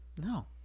No